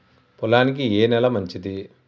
పొలానికి ఏ నేల మంచిది?